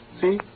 See